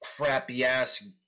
crappy-ass